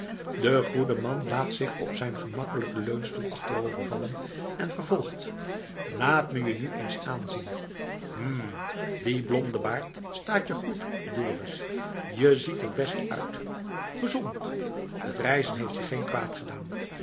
de goede man laat zich op zijn gemakkelijken leunstoel achterovervallen en vervolgt laat me je nu eens aanzien hm die blonde baard staat je goed dorus je ziet er best uit gezond t reizen heeft je geen kwaad gedaan